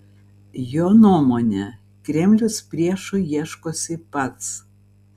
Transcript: jo nuomone kremlius priešų ieškosi pats